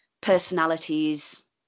personalities